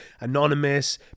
anonymous